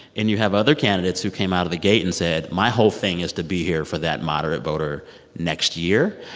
and you have other candidates who came out of the gate and said, my whole thing is to be here for that moderate voter next year.